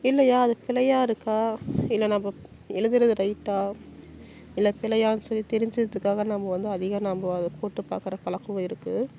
இல்லையா அது பிழையா இருக்கா இல்லை நம்ம எழுதுறது ரைட்டாக இல்லை பிழையான்னு சொல்லி தெரிஞ்சுக்கிறதுக்காக நம்ப வந்து அதிக நம்ப அதை போட்டு பார்க்குற பழக்கம் இருக்கு